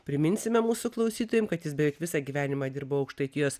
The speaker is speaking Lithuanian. priminsime mūsų klausytojam kad jis beveik visą gyvenimą dirbo aukštaitijos